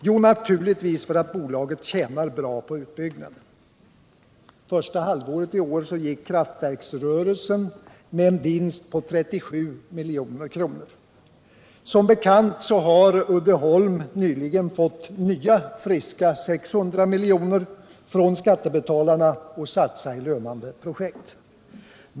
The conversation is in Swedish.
Jo, naturligtvis för att bolaget tjänar bra på utbyggnaden. Första halvåret i år gick kraftverksrörelsen med en vinst på 37 milj.kr. Som bekant har Uddeholm nyligen fått nya friska 600 miljoner från skattebetalarna att satsa i lönande projekt.